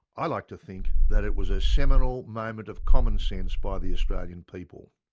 i like to think that it was a seminal moment of common sense by the australian people.